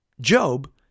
Job